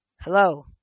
Hello